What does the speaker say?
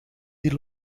die